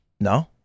No